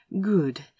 Good